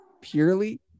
purely